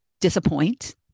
disappoint